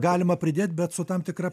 galima pridėt bet su tam tikra